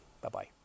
Bye-bye